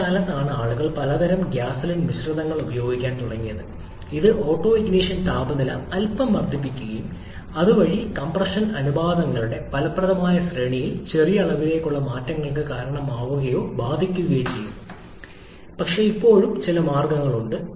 ഇക്കാലത്ത് ആളുകൾ പലതരം ഗ്യാസോലിൻ മിശ്രിതങ്ങൾ ഉപയോഗിക്കുന്നു ഇത് ഓട്ടൊണിഷൻ താപനില അൽപ്പം വർദ്ധിപ്പിക്കാനും അതുവഴി കംപ്രഷൻ അനുപാതങ്ങളുടെ ഫലപ്രദമായ ശ്രേണിയിൽ ചെറിയ അളവിലുള്ള മാറ്റങ്ങൾക്ക് കാരണമാവുകയോ ബാധിക്കുകയോ ചെയ്യുന്നു പക്ഷേ ഇപ്പോഴും ചില മാർഗ്ഗങ്ങൾ നൽകുന്നു